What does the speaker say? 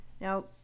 Now